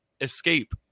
escape